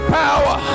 power